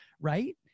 right